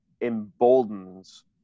emboldens